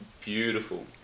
beautiful